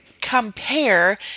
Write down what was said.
compare